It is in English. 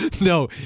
no